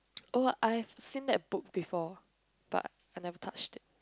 oh I have seen that book before but I never touched it